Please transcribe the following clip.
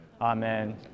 Amen